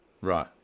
Right